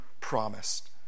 promised